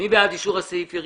מי בעד אישור סעיף 26?